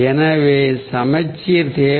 எனவே சமச்சீர் தேவை